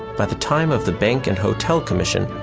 by the time of the bank and hotel commission,